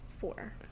four